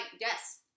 yes